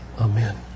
Amen